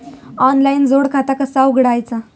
Online जोड खाता कसा उघडायचा?